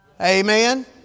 Amen